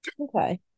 Okay